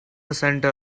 center